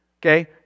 okay